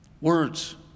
Words